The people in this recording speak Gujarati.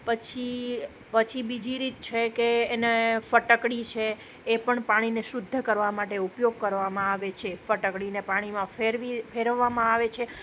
પછી પછી બીજી રીત છે કે એને ફટકડી છે એ પણ પાણીને શુદ્ધ કરવામાં માટે ઉપયોગ કરવામાં આવે છે ફટકડીને પાણીમાં ફેરવી ફેરવવામાં આવે છે